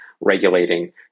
regulating